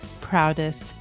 proudest